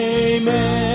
amen